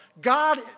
God